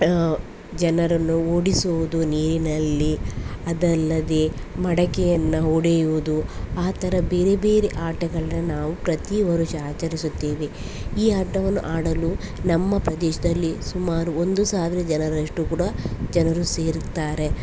ಜನರನ್ನು ಓಡಿಸುವುದು ನೀರಿನಲ್ಲಿ ಅದಲ್ಲದೆ ಮಡಕೆಯನ್ನು ಒಡೆಯುವುದು ಆ ಥರ ಬೇರೆ ಬೇರೆ ಆಟಗಳನ್ನ ನಾವು ಪ್ರತೀ ವರುಷ ಆಚರಿಸುತ್ತೇವೆ ಈ ಆಟವನ್ನು ಆಡಲು ನಮ್ಮ ಪ್ರದೇಶದಲ್ಲಿ ಸುಮಾರು ಒಂದು ಸಾವಿರ ಜನರಷ್ಟು ಕೂಡ ಜನರು ಸೇರುತ್ತಾರೆ